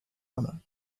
honor